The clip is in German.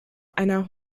einer